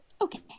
Okay